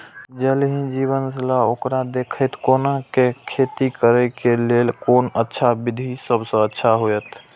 ज़ल ही जीवन छलाह ओकरा देखैत कोना के खेती करे के लेल कोन अच्छा विधि सबसँ अच्छा होयत?